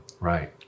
right